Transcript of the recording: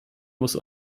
muss